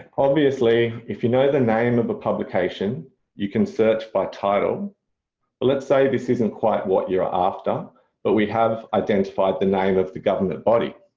obviously if you know the name of a publication you can search by title but let's say this isn't quite what you're after but we have identified the name of the government body.